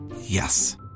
Yes